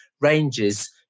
ranges